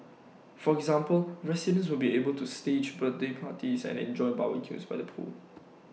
for example residents will be able to stage birthday parties and enjoy barbecues by the pool